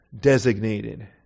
designated